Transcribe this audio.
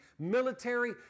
military